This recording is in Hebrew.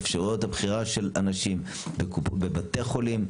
אפשרויות הבחירה של אנשים בבתי חולים,